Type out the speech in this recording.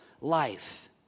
life